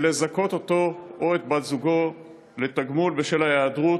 היינו רוצים לזכות אותו או את בת-זוגו בתגמול בשל ההיעדרות,